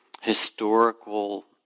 historical